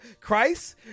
Christ